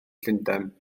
llundain